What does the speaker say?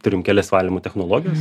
turim kelias valymo technologijas